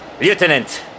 Lieutenant